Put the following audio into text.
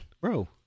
Bro